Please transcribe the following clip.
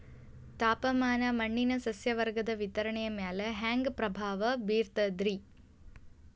ತಾಪಮಾನ ಮಣ್ಣಿನ ಸಸ್ಯವರ್ಗದ ವಿತರಣೆಯ ಮ್ಯಾಲ ಹ್ಯಾಂಗ ಪ್ರಭಾವ ಬೇರ್ತದ್ರಿ?